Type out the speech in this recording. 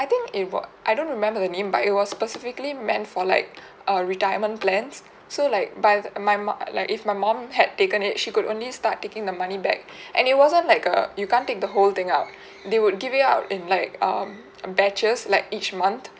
I think it was I don't remember the name but it was specifically meant for like uh retirement plans so like by my mom like if my mom had taken it she could only start taking the money back and it wasn't like a you can take the whole thing out they would give it out in like um uh batches like each month